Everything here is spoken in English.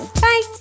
Bye